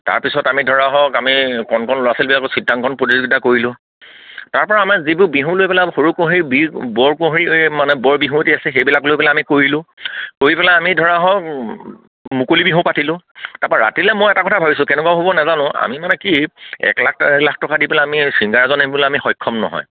তাৰপিছত আমি ধৰা হওক আমি কণ ল'ৰা ছোৱালীবিলাকক চিত্ৰাংকন প্ৰতিযোগিতা কৰিলোঁ তাৰপৰা আমাৰ যিবোৰ বিহু লৈ পেলাই সৰু কুঁহী বি বৰ কুঁহী মানে বৰ বিহুৱতি আছে সেইবিলাক লৈ পেলাই আমি কৰিলোঁ কৰি পেলাই আমি ধৰা হওক মুকলি বিহু পাতিলোঁ তাৰপা ৰাতিলে মই এটা কথা ভাবিছোঁ কেনেকুৱা হ'ব নাজানো আমি মানে কি এক লাখ ডেৰ লাখ টকা দি পেলাই আমি চিংগাৰ এজন আনিবলৈ আমি সক্ষম নহয়